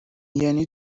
یعنی